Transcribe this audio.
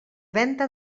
venta